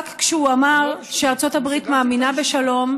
רק כשהוא אמר שארצות הברית מאמינה בשלום,